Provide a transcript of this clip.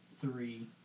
three